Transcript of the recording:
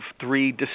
three